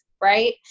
Right